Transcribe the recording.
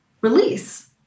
release